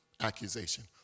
accusation